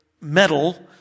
metal